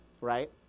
right